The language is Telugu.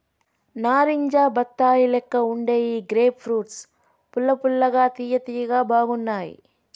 నారింజ బత్తాయి లెక్క వుండే ఈ గ్రేప్ ఫ్రూట్స్ పుల్ల పుల్లగా తియ్య తియ్యగా బాగున్నాయ్